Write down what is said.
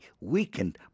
weakened